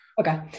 Okay